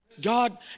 God